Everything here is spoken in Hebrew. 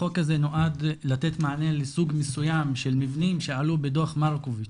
החוק הזה נועד לתת מענה לסוג מסוים של מבנים שעלו בדו"ח מרקוביץ,